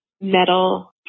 metal